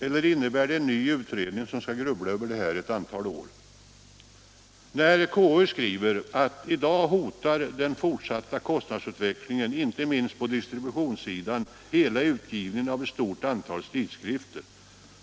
Eller innebär det en ny utredning, som skall grubbla på det här i ett antal år? Konstitutionsutskottet skriver: ”I dag hotar den fortsatta kostnadsutvecklingen inte minst på distributionssidan hela utgivningen av ett stort antal tidskrifter.